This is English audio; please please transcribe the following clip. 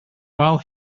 while